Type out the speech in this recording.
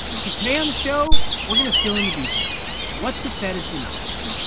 so today on the show, we're going to fill in the details what the fed has been up to.